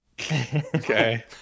Okay